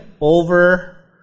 over